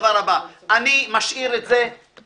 אני אומר את הדבר הבא,